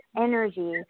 energy